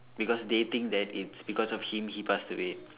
because they think that it's because of him he passed away